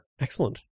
Excellent